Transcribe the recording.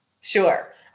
Sure